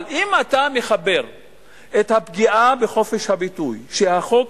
אבל אם אתה מחבר את הפגיעה בחופש הביטוי שהחוק